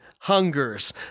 hungers